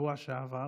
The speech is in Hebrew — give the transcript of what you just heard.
בשבוע שעבר